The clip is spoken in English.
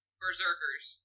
berserkers